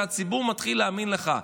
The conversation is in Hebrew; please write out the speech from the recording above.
הציבור מתחיל להאמין לך,